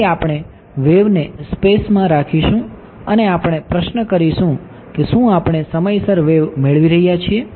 તેથી આપણે વેવને સ્પેસમાં રાખીશું અને આપણે પ્રશ્ન કરીશું કે શું આપણે સમયસર વેવ મેળવી રહ્યા છીએ